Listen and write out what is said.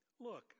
look